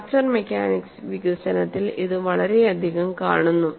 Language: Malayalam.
ഫ്രാക്ചർ മെക്കാനിക്സ് വികസനത്തിൽ അത് വളരെയധികം കാണുന്നു